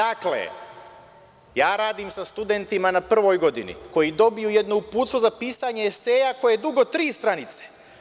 Dakle, ja radim sa studentima na prvoj godini koji dobiju jedno uputstvo za pisanje eseja koje je dugo tri stranice.